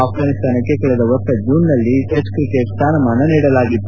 ಆಫ್ಘಾನಿಸ್ತಾನಕ್ಕೆ ಕಳೆದ ವರ್ಷ ಜೂನ್ನಲ್ಲಿ ಟೆಸ್ಟ್ ಕ್ರಿಕೆಟ್ ಸ್ಥಾನಮಾನ ನೀಡಲಾಗಿತ್ತು